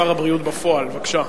שר הבריאות בפועל, בבקשה.